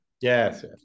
Yes